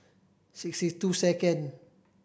sixty two second